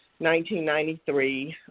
1993